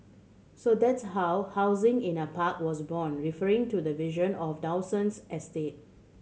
so that's how housing in a park was born referring to the vision of Dawson estate